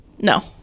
no